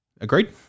Agreed